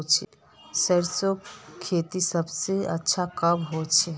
सरसों खेती सबसे अच्छा कब होचे?